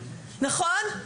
נכון?